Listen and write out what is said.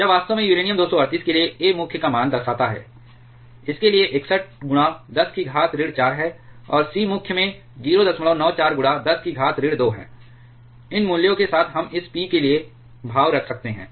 यह वास्तव में यूरेनियम 238 के लिए A मुख्य का मान दर्शाता है इसके लिए 61 10 की घात ऋण 4 है और C मुख्य में 094 10 की घात ऋण 2 है इन मूल्यों के साथ हम इस p के लिए भाव रख सकते हैं